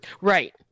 Right